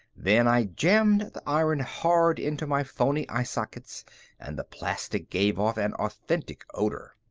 then i jammed the iron hard into my phony eye-sockets and the plastic gave off an authentic odor.